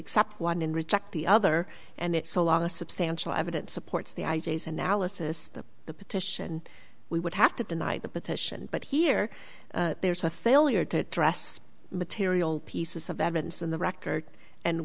accept one in reject the other and it's a lot of substantial evidence supports the idea as analysis of the petition we would have to deny the petition but here there's a failure to address material pieces of evidence in the record and